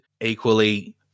equally